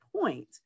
point